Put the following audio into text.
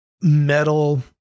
metal